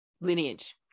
lineage